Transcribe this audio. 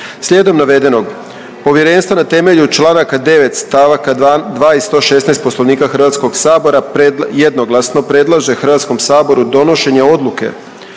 Slijedom navedenog, povjerenstvo na temelju Članaka 9. stavaka 2. i 116. Poslovnika Hrvatskog sabora pred… jednoglasno predlaže Hrvatskom saboru donošenje Odluke